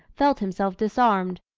felt himself disarmed.